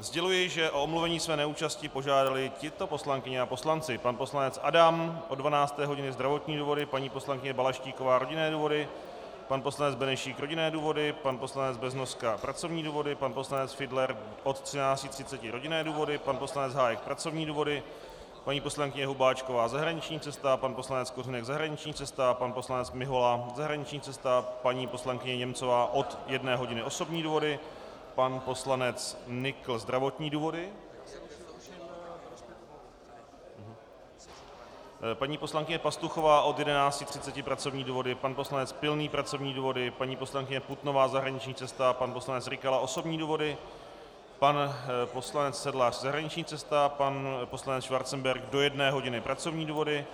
Sděluji, že o omluvení své neúčasti požádali tito poslankyně a poslanci: pan poslanec Adam od 12. hodiny zdravotní důvody, paní poslankyně Balaštíková rodinné důvody, pan poslanec Benešík rodinné důvody, pan poslanec Beznoska pracovní důvody, pan poslanec Fiedler od 13.30 hodin rodinné důvody, pan poslanec Hájek pracovní důvody, paní poslankyně Hubáčková zahraniční cesta, pan poslanec Kořenek zahraniční cesta, pan poslanec Mihola zahraniční cesta, paní poslankyně Němcová od 13 hodin osobní důvody, pan poslanec Nykl zdravotní důvody, paní poslankyně Pastuchová od 11.30 pracovní důvody, pan poslanec Pilný pracovní důvody, paní poslankyně Putnová zahraniční cesta, pan poslanec Rykala osobní důvody, pan poslanec Sedlář zahraniční cesty, pan poslanec Schwarzenberg do 13 hodin pracovní důvody,